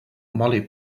molly